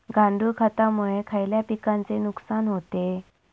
गांडूळ खतामुळे खयल्या पिकांचे नुकसान होते?